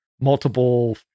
multiple